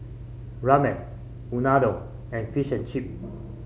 Ramen Unadon and Fish and Chip